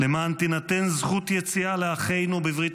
למען תינתן זכות יציאה לאחינו בברית